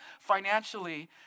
financially